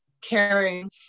caring